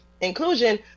inclusion